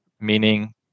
meaning